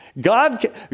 God